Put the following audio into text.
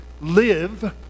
live